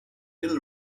hill